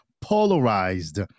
polarized